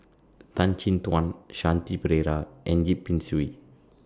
Tan Chin Tuan Shanti Pereira and Yip Pin Xiu